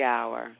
Hour